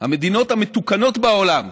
המדינות המתוקנות בעולם.